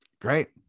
great